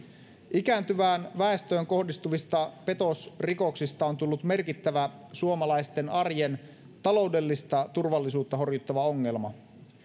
ikääntyvään väestöön kohdistuvista petosrikoksista on tullut merkittävä suomalaisten arjen taloudellista turvallisuutta horjuttava ongelma